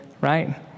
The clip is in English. right